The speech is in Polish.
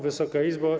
Wysoka Izbo!